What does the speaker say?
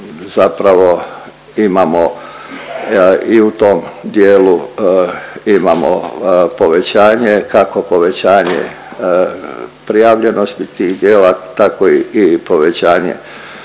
zapravo imamo i u tom dijelu imamo povećanje, kako povećanje prijavljenosti tih djela, tako i povećanja